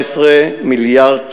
מיליארד